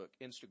Instagram